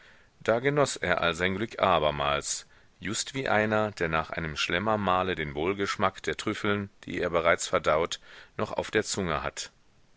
da genoß er all sein glück abermals just wie einer der nach einem schlemmermahle den wohlgeschmack der trüffeln die er bereits verdaut noch auf der zunge hat